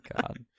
God